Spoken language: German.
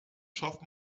schafft